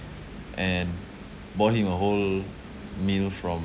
and bought him a whole meal from